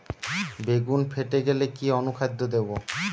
বেগুন ফেটে গেলে কি অনুখাদ্য দেবো?